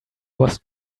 was